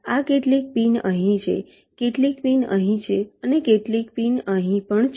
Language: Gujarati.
આ કેટલીક પિન અહીં છે કેટલીક પિન અહીં છે અને કેટલીક પિન પણ અહીં છે